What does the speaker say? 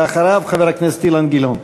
ואחריו, חבר הכנסת אילן גילאון.